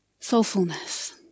Soulfulness